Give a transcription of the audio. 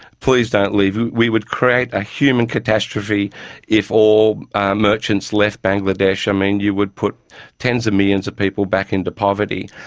please don't leave. we would create a human catastrophe if all merchants left bangladesh. um and you would put tens of millions of people back into poverty.